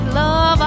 love